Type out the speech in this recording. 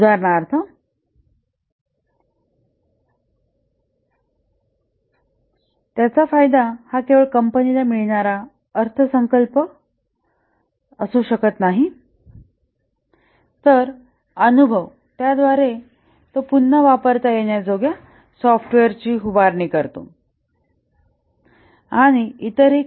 उदाहरणार्थ त्याचा फायदा हा केवळ कंपनीला मिळणारा अर्थसंकल्पच असू शकत नाही तर अनुभव त्याद्वारे तो पुन्हा वापरता येण्याजोग्या सॉफ्टवेअरची उभारणी करतो आणि इतरही